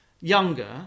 younger